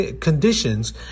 conditions